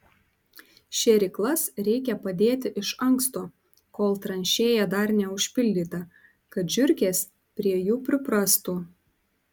šėryklas reikia padėti iš anksto kol tranšėja dar neužpildyta kad žiurkės prie jų priprastų